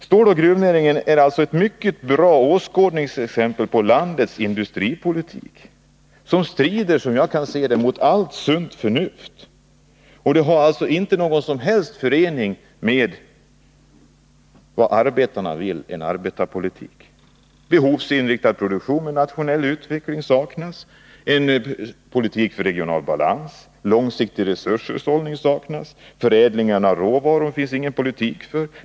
Ståloch gruvnäringen är ett mycket bra åskådningsexempel på att landets industripolitik, som jag kan se det, strider mot allt sunt förnuft. Den har inte någon som helst förening med det arbetarna vill, med en arbetarpolitik. Behovsinriktad produktion med nationell utveckling saknas. En politik för regional balans och långsiktig resurshushållning saknas. Det finns ingen politik för förädling av råvaror.